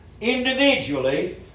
individually